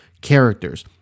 characters